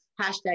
Hashtag